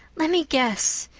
let me guess.